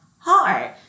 hard